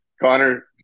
Connor